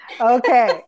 Okay